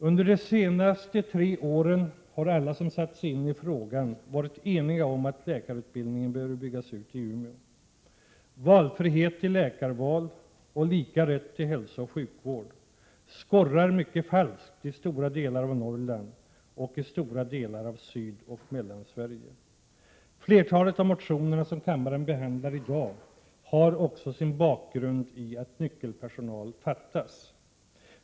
Under de senaste tre åren har alla som satt sig in i frågan varit eniga om att läkarutbildningen i Umeå behöver byggas ut. Talet om valfrihet i läkarval — och lika rätt till hälsooch sjukvård — skorrar mycket falskt i stora delar av Norrland och i stora delar av Sydoch Mellansverige. Flertalet av motionerna som kammaren behandlar i dag har också sin bakgrund i att nyckelpersonal fattas.